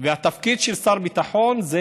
והתפקיד של שר ביטחון זה